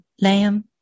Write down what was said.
lamb